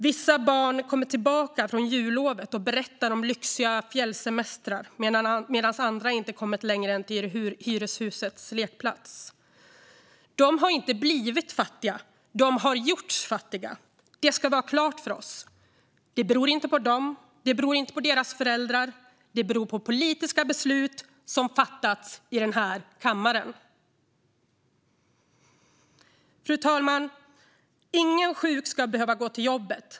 Vissa barn kommer tillbaka från jullovet och berättar om lyxiga fjällsemestrar medan andra inte har kommit längre än till hyreshusets lekplats. De har inte blivit fattiga. De har gjorts fattiga. Det ska vi ha klart för oss. Det beror inte på dem. Det beror inte på deras föräldrar. Det beror på politiska beslut som har fattats i den här kammaren. Fru talman! Ingen som är sjuk ska behöva gå till jobbet.